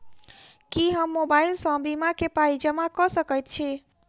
की हम मोबाइल सअ बीमा केँ पाई जमा कऽ सकैत छी?